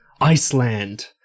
Iceland